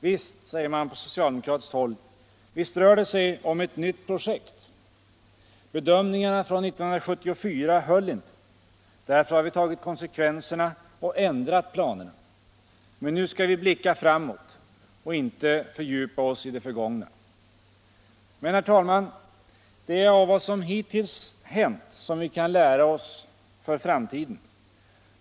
Visst, säger man på socialdemokratiskt håll, visst rör det sig om ett nytt projekt. Bedömningarna från 1974 höll inte. Därför har vi tagit konsekvenserna och ändrat planerna, men nu skall vi blicka framåt och inte fördjupa oss i det förgångna. Men, herr talman, det är av vad som hittills hänt som vi kan lära för framtiden.